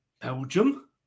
Belgium